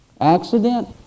Accident